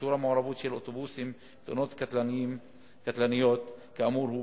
ושיעור המעורבות של אוטובוסים בתאונות קטלניות כאמור הוא